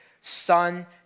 Son